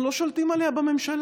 אנחנו לא שולטים עליה בממשלה.